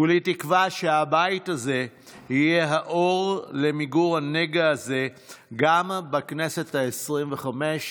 כולי תקווה שהבית הזה יהיה האור למיגור הנגע הזה גם בכנסת העשרים-וחמש,